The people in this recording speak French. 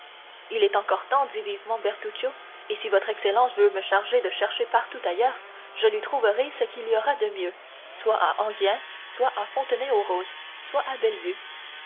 il est encore temps dit vivement bertuccio et si votre excellence veut me charger de chercher partout ailleurs je lui trouverai ce qu'il y aura de mieux soit à enghien soit à fontenay-aux-roses soit à bellevue